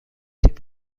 تیم